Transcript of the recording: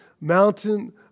mountain